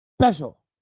special